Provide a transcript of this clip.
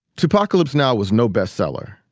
two pacalypse now was no bestseller.